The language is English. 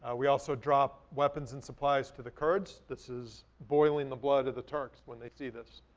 ah we also dropped weapons and supplies to the kurds, this is boiling the blood of the turks when they see this,